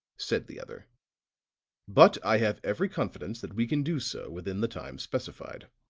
said the other but i have every confidence that we can do so within the time specified.